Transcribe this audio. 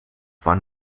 war